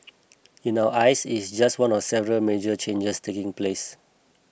in our eyes it's just one of the several major changes taking place